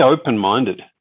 open-minded